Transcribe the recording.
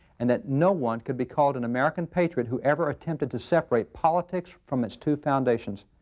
and that no one could be called an american patriot who ever attempted to separate politics from its two foundations.